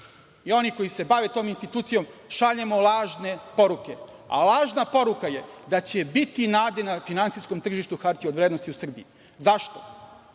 i oni koji se bave tom institucijom šaljemo lažne poruke, a lažna poruka je da će biti nade na finansijskom tržištu hartija od vrednosti u Srbiji. Zašto?